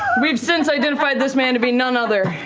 we've since identified this man to be none other